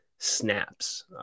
Snaps